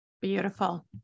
Beautiful